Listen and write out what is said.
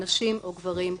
נשים או גברים כאחד.